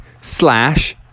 slash